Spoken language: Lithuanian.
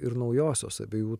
ir naujosios abiejų